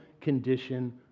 condition